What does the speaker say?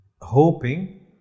hoping